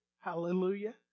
Hallelujah